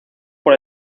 por